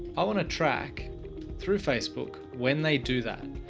i want to track through facebook when they do that.